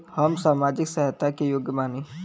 हम सामाजिक सहायता के योग्य बानी?